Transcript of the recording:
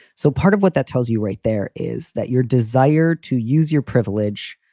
so part of what that tells you right there is that your desire to use your privilege,